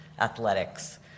athletics